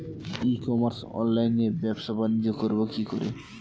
ই commerce অনলাইনে ব্যবসা বানিজ্য করব কি করে?